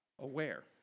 aware